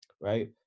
right